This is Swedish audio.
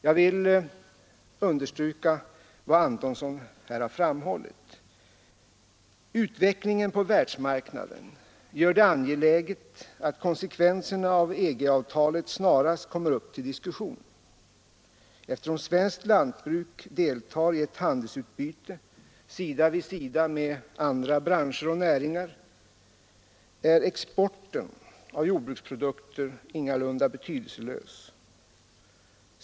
Jag vill understryka vad herr Antonsson här har framhållit. Utvecklingen på världsmarknaden gör det angeläget att konsekvenserna av EG-avtalet snarast kommer upp till diskussion. Eftersom svenskt lantbruk deltar i ett handelsutbyte sida vid sida med andra näringar är exporten av jordbruksprodukter ingalunda betydelselös.